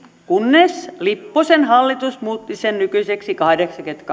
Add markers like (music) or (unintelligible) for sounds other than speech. kunnes lipposen hallitus muutti sen nykyiseksi kahdeksankymmentä (unintelligible)